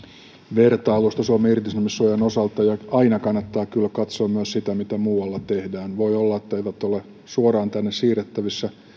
vertailusta suomen irtisanomissuojan osalta ja aina kannattaa kyllä katsoa myös sitä mitä muualla tehdään voi olla että ne eivät oppeina ole suoraan tänne siirrettävissä